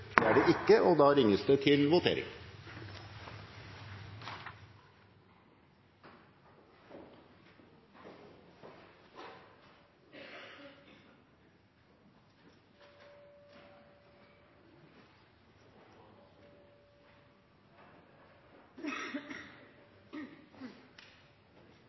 Da er det en nasjonal sak, og da